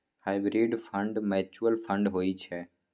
hybrid fund mutual fund होइ छै